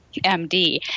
MD